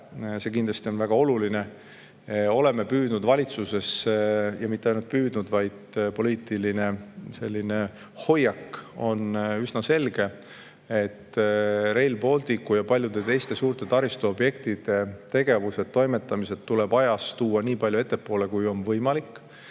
See kindlasti on väga oluline. Oleme püüdnud valitsuses – ja mitte ainult püüdnud, vaid poliitiline hoiak on üsna selge – [väljendada seisukohta], et Rail Balticu ja paljude teiste suurte taristuobjektide tegevused-toimetamised tuleb ajas tuua nii palju ettepoole, kui on võimalik.